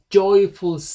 joyful